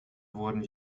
wurden